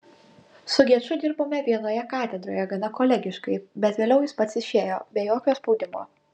su geču ir dirbome vienoje katedroje gana kolegiškai bet vėliau jis pats išėjo be jokio spaudimo